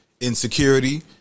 insecurity